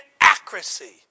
accuracy